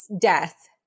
death